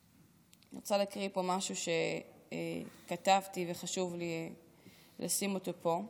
אני רוצה להקריא פה משהו שכתבתי וחשוב לי לשים אותו פה.